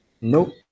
Nope